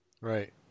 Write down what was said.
Right